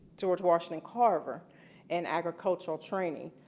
george washington carver in agricultural training,